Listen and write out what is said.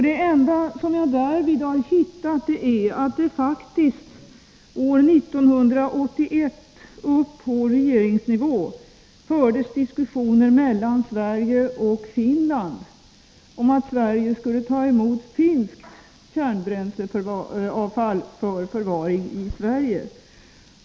Det enda som jag därvid har hittat är att det faktiskt år 1981 på regeringsnivå fördes diskussioner mellan Sverige och Finland om att Sverige skulle ta emot finskt kärnbränsleavfall för förvaring i Sverige.